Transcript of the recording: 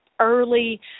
early